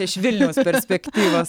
iš vilniaus perspektyvos